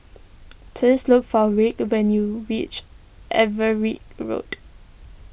please look for Wirt when you reach Everitt Road